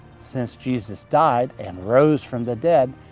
since jesus died, and rose from the dead,